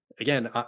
Again